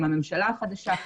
עם הממשלה החדשה.